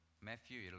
Matthew